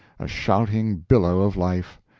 a shouting billow of life,